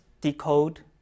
decode